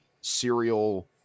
serial